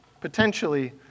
potentially